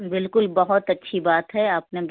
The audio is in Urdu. بالکل بہت اچھی بات ہے آپ نے بول